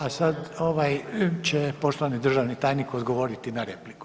A sad ovaj će poštovani državni tajnik odgovoriti na repliku.